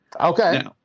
Okay